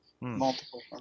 Multiple